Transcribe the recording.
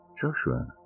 Joshua